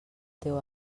teu